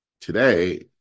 today